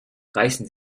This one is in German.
reißen